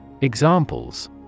Examples